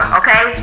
okay